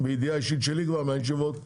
מידיעה אישית שלי מהישיבות שניהלנו,